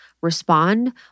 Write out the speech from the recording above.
respond